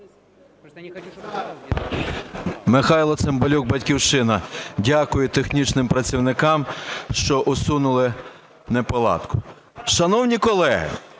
Михайло Цимбалюк, "Батьківщина". Дякую технічним працівникам, що усунули неполадку. Шановні колеги,